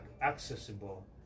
accessible